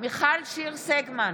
מיכל שיר סגמן,